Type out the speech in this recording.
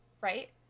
right